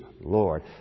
Lord